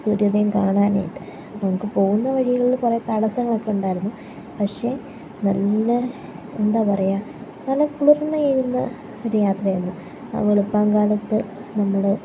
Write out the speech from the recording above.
സൂര്യനെയും കാണാനായിട്ട് നമുക്ക് പോകുന്ന വഴികളിൽ കുറെ തടസ്സങ്ങളൊക്കെ ഉണ്ടായിരുന്നു പക്ഷെ നല്ല എന്താ പറയുക നല്ല കുളിർമയേകുന്ന ഒരു യാത്രയായിരുന്നു അത് വെളുപ്പാൻ കാലത്ത് നമ്മൾ